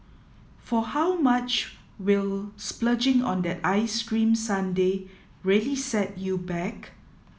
for how much will splurging on that ice cream sundae really set you back